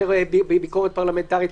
יותר ביקורת פרלמנטרית.